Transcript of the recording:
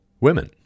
women